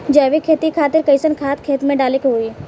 जैविक खेती खातिर कैसन खाद खेत मे डाले के होई?